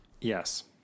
yes